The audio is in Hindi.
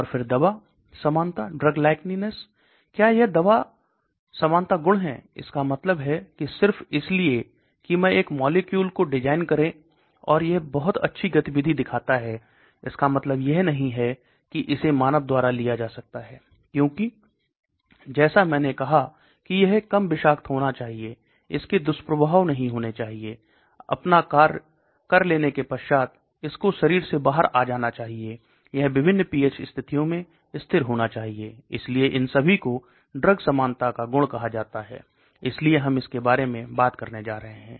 और फिर दवा समानता क्या यह दवा समानता गुण है इसका मतलब है कि सिर्फ इसलिए कि मैं एक मॉलिक्यूल को डिज़ाइन करें और यह बहुत अच्छी गतिविधि दिखाता है इसका मतलब यह नहीं है कि इसे मानव द्वारा लिया जा सकता है क्योंकि जैसा मैंने कहा कि यह कम विषाक्त होना चाहिए इसके दुष्प्रभाव नहीं होने चाहिए अपना कार्य कर लेने के पश्चात इसको शरीर से बाहर आ जाना चाहिए यह विभिन्न पीएच स्तिथियो में स्थिर होना चाहिए इसलिए इन सभी को ड्रग समानता का गुण कहा जाता है इसलिए हम इसके बारे में बात करने जा रहे हैं